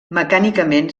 mecànicament